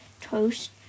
toast